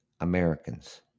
Americans